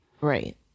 Right